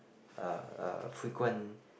uh a frequent